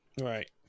Right